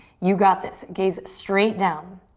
you got this. gaze straight down.